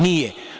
Nije.